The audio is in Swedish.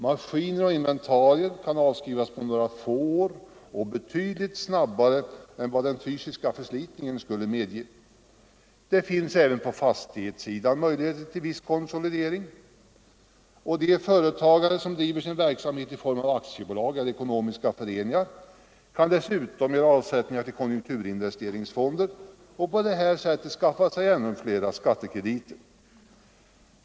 Maskiner och inventarier kan avskrivas på några få år och betydligt snabbare än vad den fysiska förslitningen skulle medge. Även i fråga om fastigheter finns möjligheter till viss konsolidering, och de företagare som driver sin verksamhet i form av aktiebolag eller ekonomiska föreningar kan dessutom göra avsättningar till investeringsfonder för konjunkturutjämning och på det sättet skaffa sig ännu större skattekrediter.